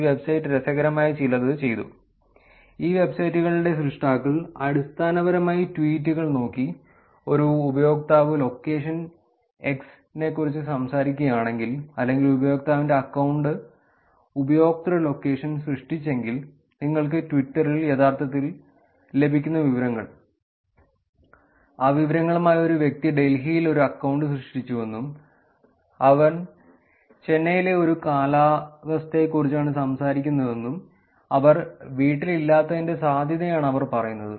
ഈ വെബ്സൈറ്റ് രസകരമായ ചിലത് ചെയ്തു ഈ വെബ്സൈറ്റുകളുടെ സ്രഷ്ടാക്കൾ അടിസ്ഥാനപരമായി ട്വീറ്റുകൾ നോക്കി ഒരു ഉപയോക്താവ് ലൊക്കേഷൻ x നെക്കുറിച്ച് സംസാരിക്കുകയാണെങ്കിൽ അല്ലെങ്കിൽ ഉപയോക്താവിന്റെ അക്കൌണ്ട് ഉപയോക്തൃ ലൊക്കേഷൻ സൃഷ്ടിച്ചെങ്കിൽ നിങ്ങൾക്ക് ട്വിറ്ററിൽ യഥാർത്ഥത്തിൽ ലഭിക്കുന്ന വിവരങ്ങൾ ആ വിവരങ്ങളുമായി ഒരു വ്യക്തി ഡൽഹിയിൽ ഒരു അക്കൌണ്ട് സൃഷ്ടിച്ചുവെന്നും അവൻ ചെന്നൈയിലെ ഒരു കാലാവസ്ഥയെക്കുറിച്ചാണ് സംസാരിക്കുന്നതെന്നും അവർ വീട്ടിലില്ലാത്തതിന്റെ സാധ്യതയാണ് അവർ പറയുന്നത്